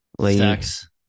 Sex